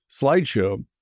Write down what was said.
slideshow